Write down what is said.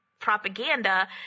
propaganda